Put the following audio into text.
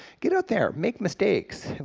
get out there, make mistakes,